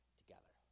together